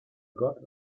gott